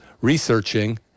researching